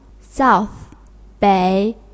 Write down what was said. south,北